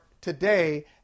today